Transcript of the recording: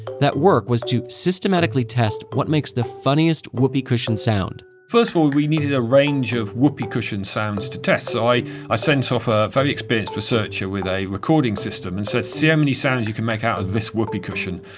that work was to systematically test what makes the funniest whoopee cushion sound first of all we needed a range of whoopee cushion sounds to test so i sent off a very experienced researcher with a recording system and said see how many sounds you could make out of this whoopee cushion.